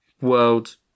world